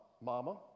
mama